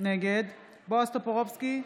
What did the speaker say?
נגד בועז טופורובסקי,